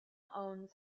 owns